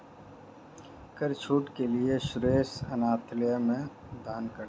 कर छूट के लिए सुरेश अनाथालय में दान करता है